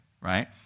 right